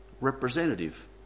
representative